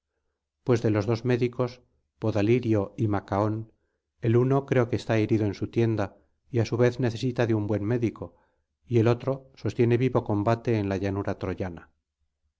pues de los dos médicos podalirio y macaón el uno creo que está herido en su tienda yá su vez necesita de un buen médico y el otro sostiene vivo combate en la llanura troyana